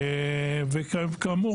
כאמור,